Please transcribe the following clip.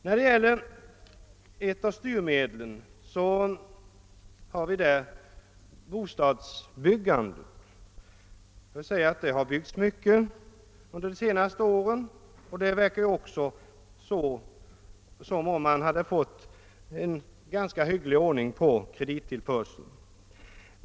Vad beträffar bostadsbyggandet kan man säga att det har byggts mycket under de senaste åren, och det verkar också som om man hade fått en ganska hygglig ordning på kredittillförseln.